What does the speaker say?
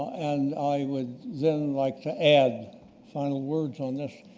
and i would then like to add final words on this.